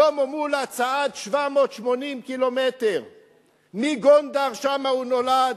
שלמה מולה צעד 780 קילומטר מגונדר, שם הוא נולד,